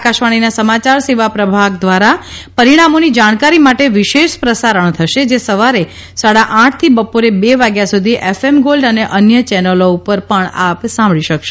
આકાશવાણીના સમાચાર સેવા પ્રભાગ દ્વારા પરિણામોની જાણકારી માટે વિશેષ પ્રસારણ થશે જે સવારે સાડા આઠથી બપોરે બે વાગ્યા સુધી એફએમ ગોલ્ડ અને અન્ય ચેનલો પર સાંભળી શકાશે